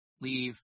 leave